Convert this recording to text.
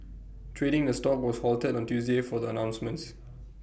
trading the stock was halted on Tuesday for the announcements